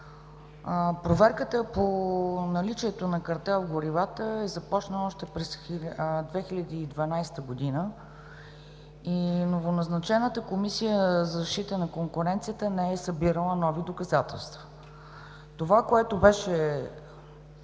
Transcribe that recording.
Проверката по наличието на картел в горивата е започнала още през 2012 г. и новоназначената Комисия за защита на конкуренцията не е събирала нови доказателства. Това, което беше